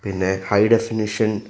പിന്നെ high definition